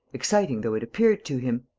exciting though it appeared to him,